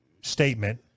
statement